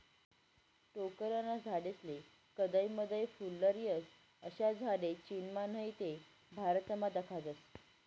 टोक्करना झाडेस्ले कदय मदय फुल्लर येस, अशा झाडे चीनमा नही ते भारतमा दखातस